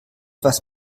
was